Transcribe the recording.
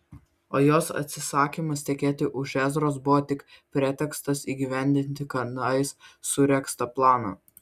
o jos atsisakymas tekėti už ezros buvo tik pretekstas įgyvendinti kadais suregztą planą